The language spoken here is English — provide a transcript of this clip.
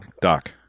Doc